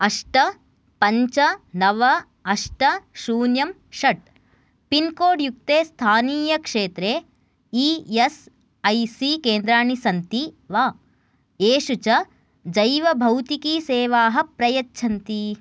अष्ट पञ्च नव अष्ट शून्यं षट् पिन्कोड् युक्ते स्थानीयक्षेत्रे ई एस् ऐ सी केन्द्राणि सन्ति वा येषु च जैवभौतिकीसेवाः प्रयच्छन्ति